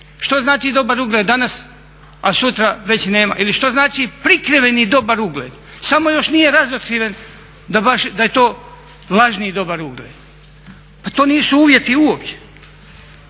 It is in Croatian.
Što znači dobar ugled danas, a sutra već nema ili što znači prikriveni dobar ugled samo još nije razotkriven da je to lažni dobar ugled. Pa to nisu uvjeti uopće.